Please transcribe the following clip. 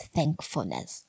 Thankfulness